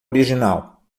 original